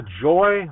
joy